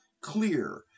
clear